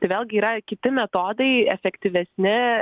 tai vėlgi yra kiti metodai efektyvesni